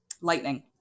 Lightning